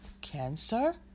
cancer